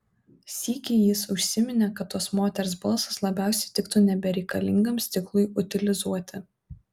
sykį jis užsiminė kad tos moters balsas labiausiai tiktų nebereikalingam stiklui utilizuoti